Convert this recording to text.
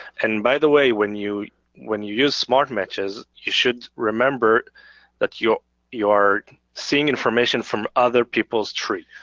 and by the way when you when you use smart matches you should remember that you you are seeing information from other people's tree.